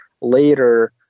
later